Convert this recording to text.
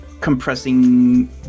compressing